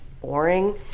boring